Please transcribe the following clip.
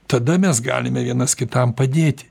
tada mes galime vienas kitam padėti